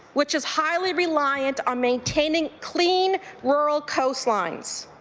which is highly reliant on maintaining clean, rural coastlines.